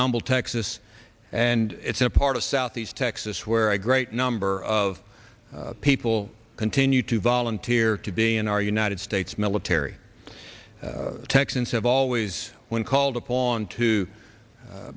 nobble texas and its a part of southeast texas where i great number of people continue to volunteer to be in our united states military texans have always when called upon to